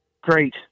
great